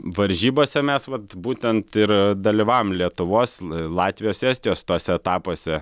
varžybose mes vat būtent ir dalyvavom lietuvos latvijos estijos tuose etapuose